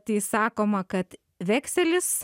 tai sakoma kad vekselis